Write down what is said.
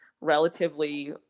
relatively